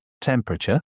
temperature